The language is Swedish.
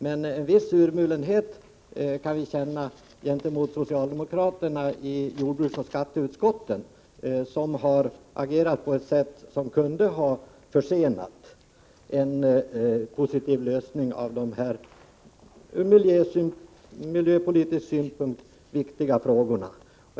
Men en viss surmulenhet kan vi känna gentemot socialdemokraterna i jordbruksoch skatteutskotten, som har agerat på ett sätt som kunde ha försenat en positiv lösning av dessa ur miljöpolitisk synpunkt så viktiga frågor.